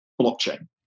Blockchain